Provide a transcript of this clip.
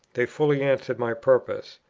they fully answered my purpose.